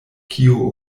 kio